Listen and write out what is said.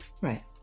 right